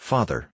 Father